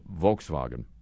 Volkswagen